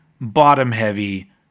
bottom-heavy